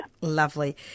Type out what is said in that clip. Lovely